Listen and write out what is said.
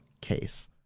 case